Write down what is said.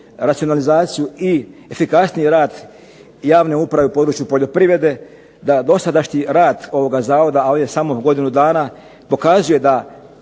racionalizaciju i efikasniji rad javne uprave u području poljoprivrede, da dosadašnji rad ovoga Zavoda, a on je samo godinu dana pokazuje da